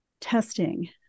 testing